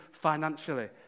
financially